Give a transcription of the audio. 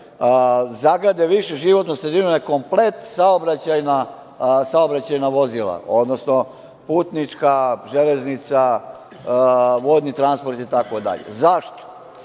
zagade više životnu sredinu nego komplet saobraćajna vozila, odnosno putnička, železnica, vodni transport itd. Zašto?